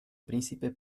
príncipe